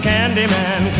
Candyman